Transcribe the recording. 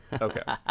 Okay